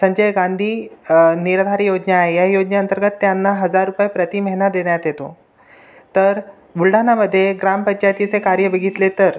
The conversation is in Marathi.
संजय गांधी निराधार योजना आहे या योजने अंतर्गत त्यांना हजार रुपये प्रति महिना देण्यात येतो तर बुलढाणामध्ये ग्रामपंचायतीचे कार्य बघितले तर